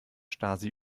stasi